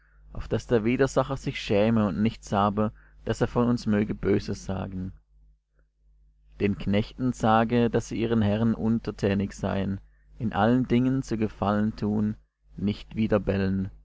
auf daß der widersacher sich schäme und nichts habe daß er von uns möge böses sagen den knechten sage daß sie ihren herren untertänig seien in allen dingen zu gefallen tun nicht